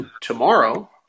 tomorrow